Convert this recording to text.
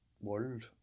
world